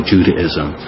Judaism